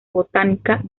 botánica